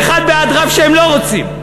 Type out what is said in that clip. ואחד בעד רב שהם לא רוצים.